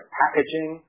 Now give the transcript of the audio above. packaging